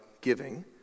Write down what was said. giving